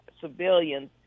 civilians